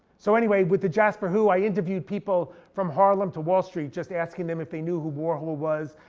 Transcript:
so anyway, with the jasper who, i interviewed people from harlem to wall street just asking them if they knew who warhol was,